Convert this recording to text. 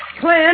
Clint